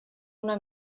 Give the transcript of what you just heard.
una